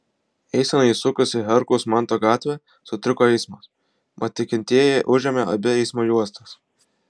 eisenai įsukus į herkaus manto gatvę sutriko eismas mat tikintieji užėmė abi eismo juostas